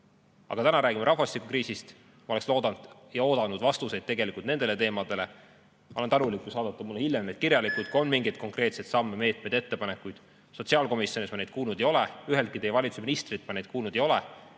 Aga täna räägime rahvastikukriisist. Ma oleksin oodanud vastuseid nendel teemadel. Ma olen tänulik, kui saadate mulle hiljem need kirjalikult, kui on mingeid konkreetseid samme, meetmeid ja ettepanekuid. Sotsiaalkomisjonis ma neid kuulnud ei ole, üheltki teie valitsuse ministrilt ma neid kuulnud ei ole